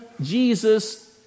Jesus